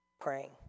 praying